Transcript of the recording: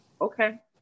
okay